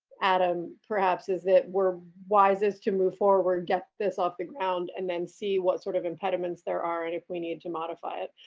adam, perhaps, is that we're wisest to move forward, get this off the ground, and then see what sort of imbedments there are and if we need to modify it,